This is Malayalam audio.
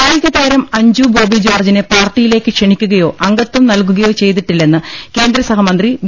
കായികതാരം അഞ്ജുബോബി ജോർജ്ജിനെ പാർട്ടിയിലേക്ക് ക്ഷണിക്കുകയോ അംഗത്വം നൽകുകയോ ചെയ്തിട്ടില്ലെന്ന് കേന്ദ്രസഹ മന്ത്രി വി